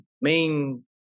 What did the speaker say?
main